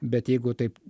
bet jeigu taip